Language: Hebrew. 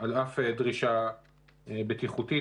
על אף דרישה בטיחותית.